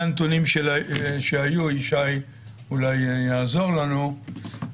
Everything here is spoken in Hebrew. הנתונים שהיו ישי אולי יעזור לנו.